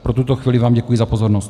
Pro tuto chvíli vám děkuji za pozornost.